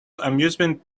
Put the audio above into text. amusement